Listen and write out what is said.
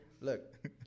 look